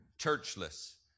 churchless